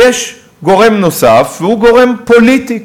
ויש גורם נוסף, והוא גורם פוליטי.